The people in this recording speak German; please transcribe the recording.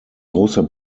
großer